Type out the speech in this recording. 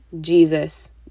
Jesus